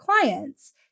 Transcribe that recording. clients